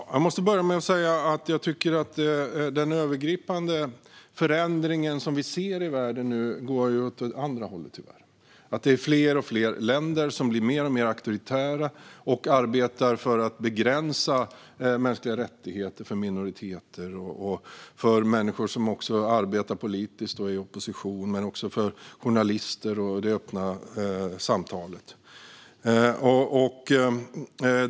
Herr talman! Jag måste börja med att säga att jag tycker att den övergripande förändring vi nu ser i världen tyvärr går åt andra hållet. Det är fler och fler länder som blir mer och mer auktoritära och arbetar för att begränsa mänskliga rättigheter för minoriteter och för människor som arbetar politiskt i opposition, men också för journalister och det öppna samtalet.